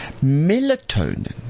melatonin